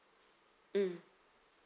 mm